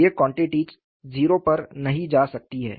ये क्वॉन्टिटीज़ 0 पर नहीं जा सकती हैं